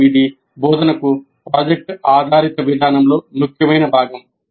మరియు ఇది బోధనకు ప్రాజెక్ట్ ఆధారిత విధానంలో ముఖ్యమైన భాగం